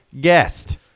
guest